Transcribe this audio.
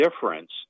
difference